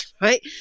Right